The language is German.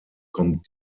kommt